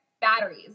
batteries